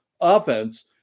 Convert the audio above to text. offense